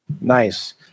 Nice